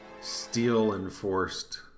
steel-enforced